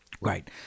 right